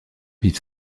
vivent